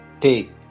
take